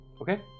Okay